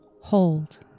Hold